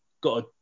got